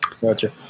Gotcha